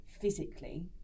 physically